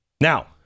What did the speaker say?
Now